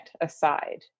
aside